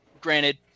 Granted